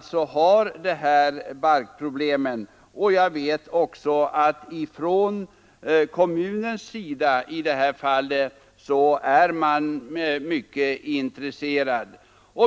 som har det här barkproblemet. Jag vet också att kommunen i detta fall är intresserad.